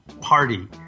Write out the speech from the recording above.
party